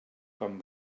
com